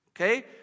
Okay